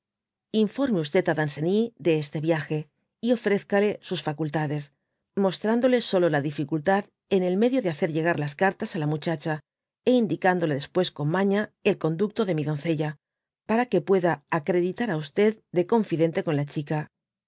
informe é á danceny de este viage y ofrézcale sos facultades monstrandole solo dificultad en el medio de hacer uegar las cartas á la muchacha é indicándole después con mana el conducto de mi doncella para que pueda acreditar á'de confidente con la chica